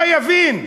מה יבין?